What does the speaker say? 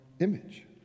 image